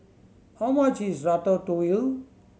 how much is Ratatouille